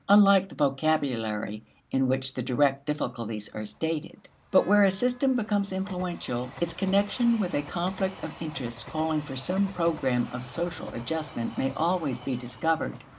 unlike the vocabulary in which the direct difficulties are stated. but where a system becomes influential, its connection with a conflict of interests calling for some program of social adjustment may always be discovered.